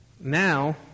Now